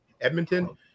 Edmonton